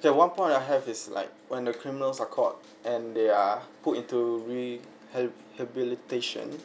the one point I have is like when the criminals are caught and they are put into re~ ha~ habilitation